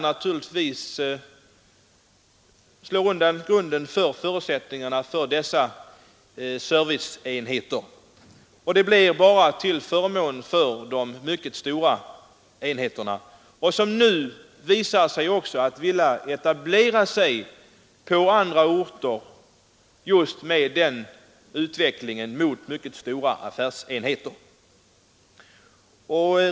Detta slår undan grundförutsättningarna för dessa serviceenheter, och det blir bara till förmån för mycket stora enheter, som nu visar en vilja att etablera sig på allt flera orter.